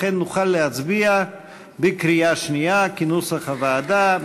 לכן נוכל להצביע בקריאה שנייה, כנוסח הוועדה.